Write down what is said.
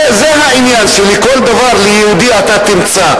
זה העניין, שבכל דבר, ליהודי תמצא.